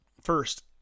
first